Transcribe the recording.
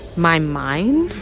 my mind?